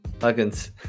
Huggins